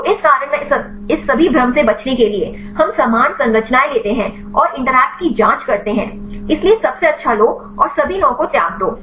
तो इस कारण में इस सभी भ्रम से बचने के लिए हम समान संरचनाएं लेते हैं और इंटरैक्ट की जांच करते हैं इसलिए सबसे अच्छा लो और सभी 9 को त्याग दो